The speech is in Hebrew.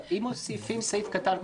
אבל אם מוסיפים סעיף קטן,